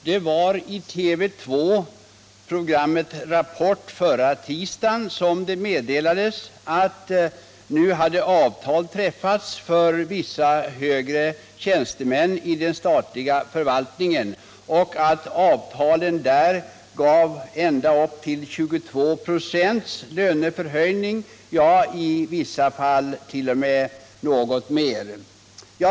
Det var i programmet Rapport i TV 2 förra tisdagen som det meddelades att avtal nu hade träffats för vissa högre tjänstemän inom den statliga förvaltningen och att avtalen gav ända upp till 22 procents löneförhöjning och i vissa fall t.o.m. något mer.